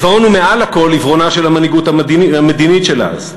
העיוורון הוא מעל לכול עיוורונה של המנהיגות המדינית של אז.